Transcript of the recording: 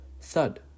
Thud